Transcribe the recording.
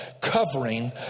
covering